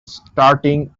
starting